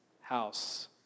house